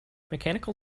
mechanical